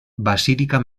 basílica